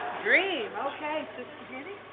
dream. okay, sister ginny.